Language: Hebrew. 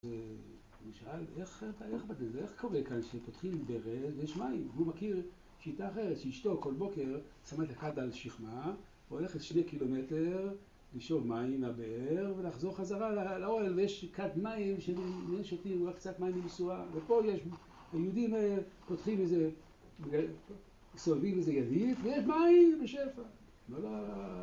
ונשאל איך קורה כאן שפותחים ברז ויש מים הוא מכיר שיטה אחרת שאשתו כל בוקר שמה את הכד על שכמה הולכת שני קילומטר לשאוב מים מהבאר ולחזור חזרה לאוהל ויש כד מים ששותים, הוא רק קצת מים מבישועה ופה יהודים פותחים איזה... מסובבים איזה ידית ויש מים! ןבשפע לא ל...